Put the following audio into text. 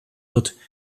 wird